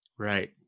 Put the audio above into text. Right